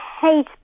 hate